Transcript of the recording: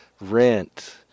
rent